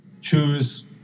choose